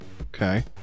Okay